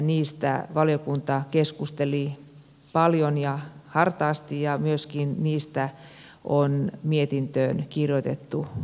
niistä asioista valiokunta keskusteli paljon ja hartaasti ja niistä on myöskin kirjoitettu mietintöön osia